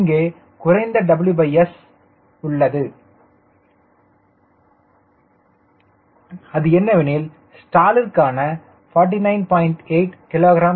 இங்கே குறைந்த WS உள்ள ஒன்று என்னவெனில் ஸ்டாலிற்கான 49